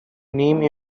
name